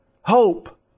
hope